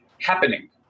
happening